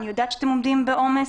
אני יודעת שאתם עומדים בעומס,